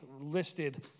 listed